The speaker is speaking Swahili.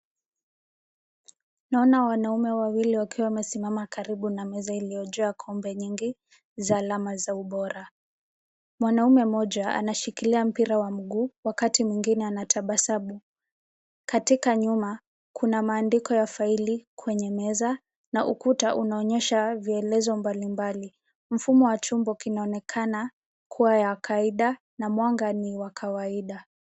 Naona wanaume wawili wakiwa wamesimama karibu na meza iliyojaa kombe nyingi za alama za ubora. Mwanaume mmoja anashikilia mpira wa mguu wakati mwingine anatabasamu. Katika nyuma, kuna maandiko ya faili kwenye meza, na ukuta unaonyesha vielezo mbali mbali. Mfumo wa chumba kinaonekana kuwa ya kawaida na mwanga wa kawaida .